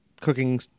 cooking